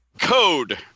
code